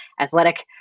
athletic